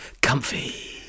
comfy